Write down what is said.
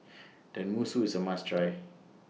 Tenmusu IS A must Try